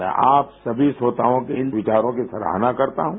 मैं आप सभी श्रोताओं के इन विचारों की सराहना करता हूँ